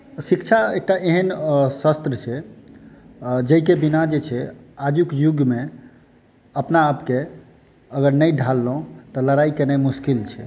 शिक्षा एकटा एहन शस्त्र छै जाहिके बिना जे छै आजुक युगमे अपना आपकेँ अगर नहि ढाललहुॅं तऽ लड़ाइ केनाई मुश्किल छै